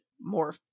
more